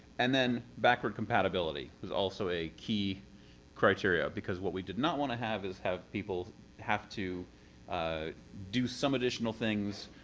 and then backward compatibility was also a key criteria, because what we did not want to have is have people have to do some additional things,